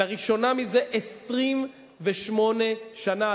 לראשונה מזה 28 שנה.